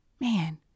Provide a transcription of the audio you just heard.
Man